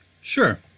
Sure